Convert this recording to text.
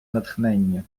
натхнення